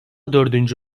dördüncü